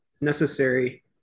necessary